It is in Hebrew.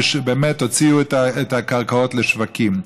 ובאמת הוציאו את הקרקעות לשווקים.